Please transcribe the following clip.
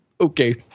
Okay